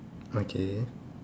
okay